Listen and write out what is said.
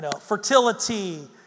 fertility